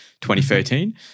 2013